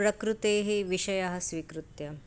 प्रकृतेः विषयः स्वीकृत्य